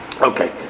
Okay